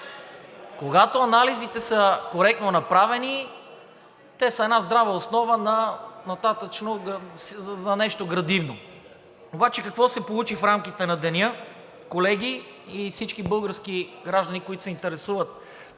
Когато анализите са коректно направени, те са една здрава основа за нещо градивно. Обаче какво се получи в рамките на деня, колеги, и всички български граждани, които се интересуват